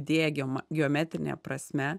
diegiama geometrine prasme